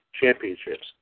Championships